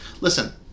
Listen